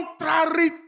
contrary